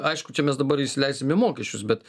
aišku čia mes dabar įsileisim į mokesčius bet